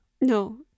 No